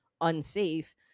unsafe